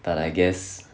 but I guess